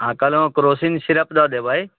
हँ कहलहुँ Crocin syrup दऽ देबै